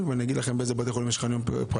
צריך לראות.